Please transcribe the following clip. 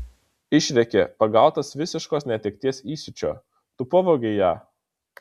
išrėkė pagautas visiškos netekties įsiūčio tu pavogei ją